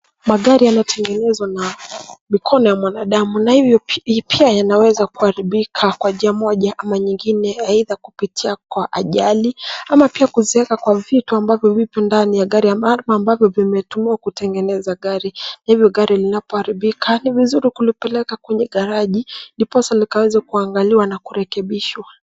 Magari yanayotengenezwa na mikono ya mwanadamu na hivyo pia yanaweza kuharibika kwa njia moja ama nyingine kupitia kwa ajali ama pia kuzeeka kwa vitu ambavyo vipo ndani ya ambapo vimetumiwa kutengeneza gari hivyo gari linapoharibika ni vizuri kulipeleka kwa garaji ndiposa likaweza kuangaliwa na kurekebishwa.